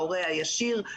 ההורה הישיר,